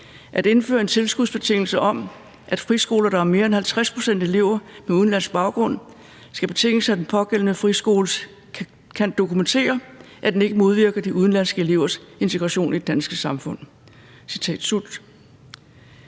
at indføre en tilskudsbetingelse om, at friskoler, der har mere end 50 pct. elever med udenlandsk baggrund, skal betinges af, at den pågældende friskole kan dokumentere, at den ikke modvirker de udenlandske elevers integration i det danske samfund.« Så